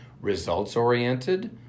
results-oriented